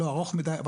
אמנם לא ארך מדי,